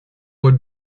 would